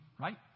right